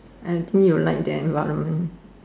I think you like the environment